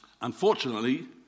Unfortunately